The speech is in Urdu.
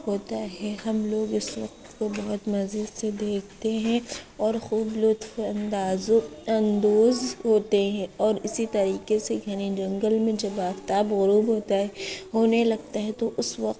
ہوتا ہے ہم لوگ اس وقت کو بہت مزے سے دیکھتے ہیں اور خوب لطف اندازو اندوز ہوتے ہیں اور اسی طریقے سے گھنے جنگل میں جب آفتاب غروب ہوتا ہے ہونے لگتا ہے تو اس وقت